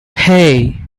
hey